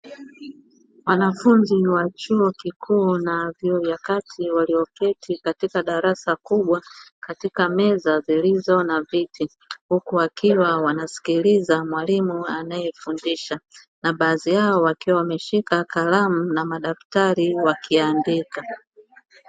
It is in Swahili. Wanafunzi wa chuo kikuu na vyuo vya kati walioketi katika darasa kubwa katika meza zilizo na viti, huku wakiwa wanasikiliza mwalimu anayefundisha na baadhi yao wakiwa wameshika kalamu na madaftari wakiandika.